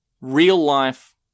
real-life